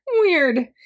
Weird